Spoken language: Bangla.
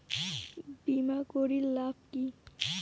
বিমা করির লাভ কি?